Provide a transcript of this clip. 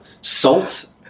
Salt